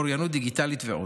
אוריינות דיגיטלית ועוד.